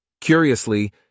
Curiously